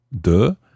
de